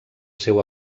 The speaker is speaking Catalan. seu